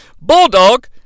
Bulldog